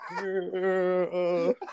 Girl